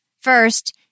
First